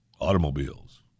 automobiles